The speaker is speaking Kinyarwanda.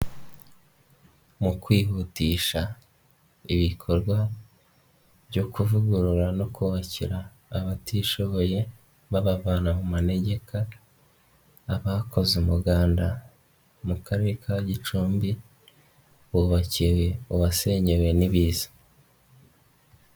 Mu kwihutisha ibikorwa byo kuvugurura no kubakira abatishoboye babavana mu manegeka, abakoze umuganda mu Karere ka Gicumbi bubakiwe uwasenyewe n'ibiza.